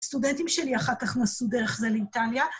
סטודנטים שלי אחר כך נסעו דרך זה לאיטליה.